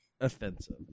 offensive